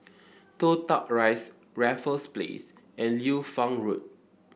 Toh Tuck Rise Raffles Place and Liu Fang Road